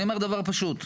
אני אומר דבר פשוט,